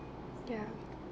ya